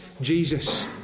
Jesus